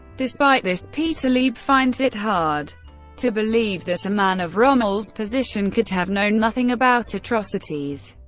despite this, peter lieb finds it hard to believe that a man of rommel's position could have known nothing about atrocities,